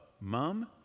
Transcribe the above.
mom